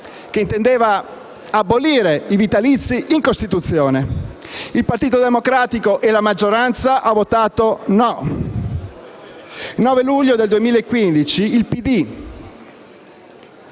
che intendeva abolire i vitalizi in Costituzione. Il Partito Democratico e la maggioranza hanno votato no. Il 9 luglio 2015 il PD,